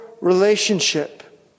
relationship